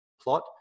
plot